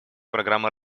программы